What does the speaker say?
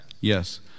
Yes